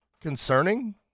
concerning